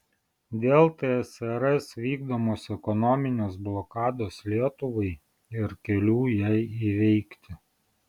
dėl tsrs vykdomos ekonominės blokados lietuvai ir kelių jai įveikti